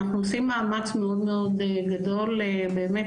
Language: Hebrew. אנחנו עושים מאמץ מאוד מאוד גדול באמת